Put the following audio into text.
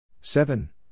seven